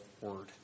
word